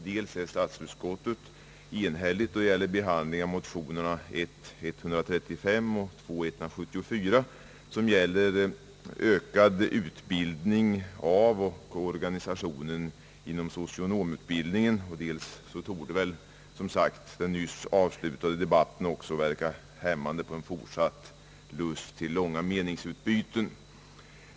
Dels är statsutskottet enhälligt då det gäller behandlingen av motionerna I1:135 och II:174 som avser ökad utbildning av socionomer och organisationen inom socionomutbildningen, dels torde väl som sagt den nyss avslutade debatten också verka hämmande på fortsatt lust till långa meningsutbyten i dag.